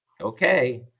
Okay